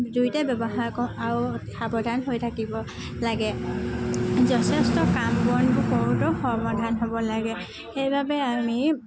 জুইতে ব্যৱহাৰ কৰোঁ আৰু সাৱধান হৈ থাকিব লাগে যথেষ্ট কাম বনবোৰ কৰোতেও সাৱধান হ'ব লাগে সেইবাবে আমি